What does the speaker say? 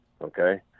okay